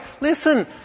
Listen